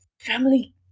family